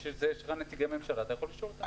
בשביל זה יש לך נציגי ממשלה ואתה יכול לשאול אותם.